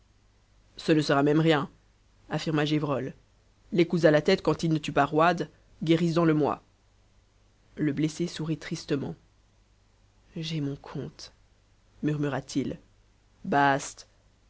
ce ne sera même rien affirma gévrol les coups à la tête quand ils ne tuent pas roide guérissent dans le mois le blessé sourit tristement j'ai mon compte murmura-t-il bast